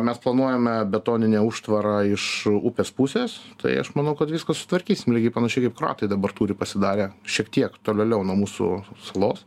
mes planuojame betoninę užtvarą iš upės pusės tai aš manau kad viską sutvarkysim lygiai panašiai kaip kroatai dabar turi pasidarę šiek tiek tolėliau nuo mūsų salos